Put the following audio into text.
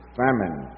famine